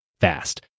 fast